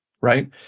right